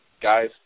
guys